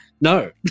No